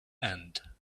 end